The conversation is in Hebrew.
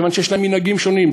כי יש להם מנהגים שונים,